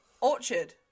Orchard